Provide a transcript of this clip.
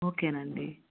okay అండి